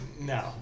no